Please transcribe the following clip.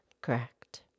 Correct